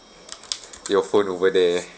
your phone over there